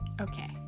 Okay